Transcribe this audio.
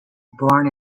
born